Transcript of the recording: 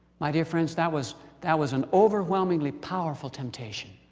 my dear friends, that was that was an overwhelmingly powerful temptation.